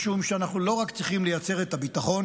משום שאנחנו לא רק צריכים לייצר את הביטחון